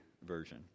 Version